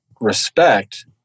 respect